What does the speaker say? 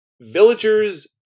Villagers